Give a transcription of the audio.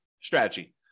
strategy